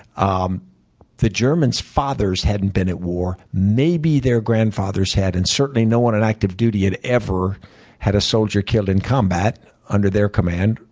ah the germans' fathers hadn't been at war. maybe their grandfathers had. and certainly no one on active duty had ever had a soldier killed in combat under their command,